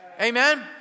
Amen